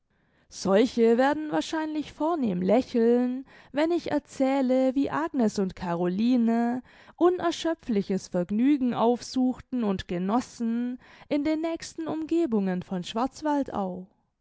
solche werden wahrscheinlich vornehm lächeln wenn ich erzähle wie agnes und caroline unerschöpfliches vergnügen aufsuchten und genossen in den nächsten umgebungen von schwarzwaldau